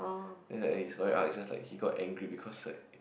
then it's like it's just like he got angry because like